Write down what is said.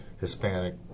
Hispanic